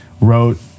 wrote